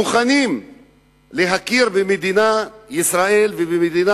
מוכן להכיר במדינת ישראל ובמדינה